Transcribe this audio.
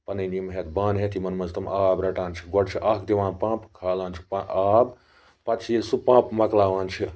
پَنٕنۍ یِم ہیٚتھ بانہٕ ہیٚتھ یِمَن مَنٛز تِم آب رَٹان چھِ گۄڈٕ چھُ اکھ دِوان پَمپ کھالان چھ آب پَتہٕ چھِ ییٚلہِ سُہ پَمپ مۄکلاوان چھِ